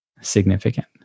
significant